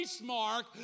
Mark